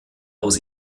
aus